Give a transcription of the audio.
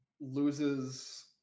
loses